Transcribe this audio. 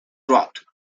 dropped